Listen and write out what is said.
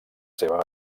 seva